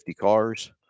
cars